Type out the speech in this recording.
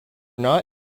not